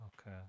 Okay